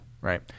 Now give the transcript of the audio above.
right